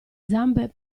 zampe